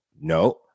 No